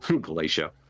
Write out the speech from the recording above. Glacier